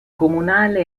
comunale